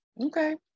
Okay